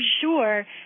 sure